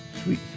sweet